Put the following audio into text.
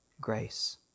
grace